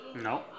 No